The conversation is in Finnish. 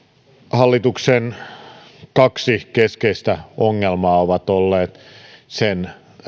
hallituksen kaksi keskeistä ongelmaa ovat olleet sen